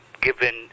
given